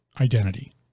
identity